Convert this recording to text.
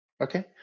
Okay